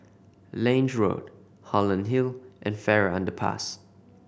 Lange Road Holland Hill and Farrer Underpass